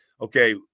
okay